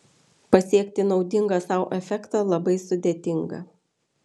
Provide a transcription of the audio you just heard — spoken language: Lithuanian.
pasiekti naudingą sau efektą labai sudėtinga